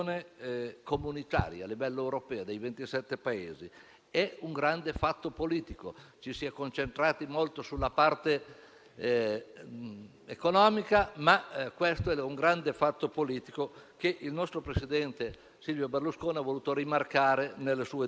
ma questo è un grande fatto politico, che il nostro presidente, Silvio Berlusconi, ha voluto rimarcare nelle sue dichiarazioni. Tutto ciò permette all'Italia di godere di tassi sui finanziamenti molto convenienti